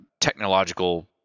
technological